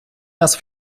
нас